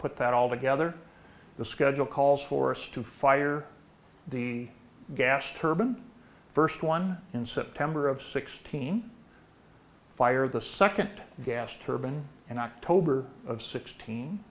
put that all together the schedule calls for us to fire the gas turban first one in september of sixteen fire the second gas turban in october of sixteen